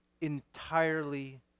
entirely